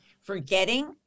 forgetting